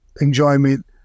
enjoyment